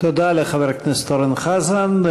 תודה לחבר הכנסת אורן חזן.